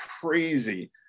crazy